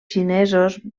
xinesos